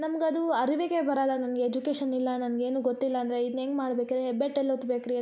ನಮ್ಗ ಅದು ಅರಿವಿಗೆ ಬರಲ್ಲ ನನ್ಗ ಎಜುಕೇಷನ್ ಇಲ್ಲ ನನ್ಗ ಏನು ಗೊತ್ತಿಲ್ಲ ಅಂದರೆ ಇದ್ನ ಹೆಂಗ ಮಾಡ್ಬೇಕು ರೀ ಹೆಬ್ಬೆಟ್ಟು ಎಲ್ಲಿ ಒತ್ಬೇಕು ರೀ ಅನ್ನೋದನ್ನ